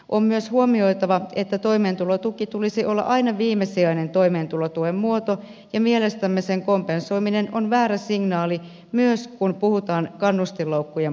on myös huomioitava että toimeentulotuen tulisi olla aina viimesijainen tuen muoto ja mielestämme sillä kompensoiminen on väärä signaali myös kun puhutaan kannustinloukkujen purkamisesta